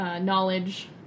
knowledge